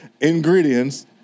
Ingredients